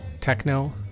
techno